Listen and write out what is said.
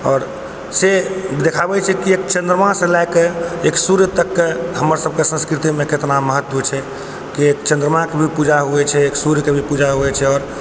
आओर से देखाबै छै कि एक चन्द्रमा से लए कऽ एक सुर्य तकके हमर सबके संस्कृतिमे केतना महत्व छै कि एक चन्द्रमाके भी पूजा होइ छै आओर सुर्यके पूजा होइ छै आओर